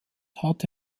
hatte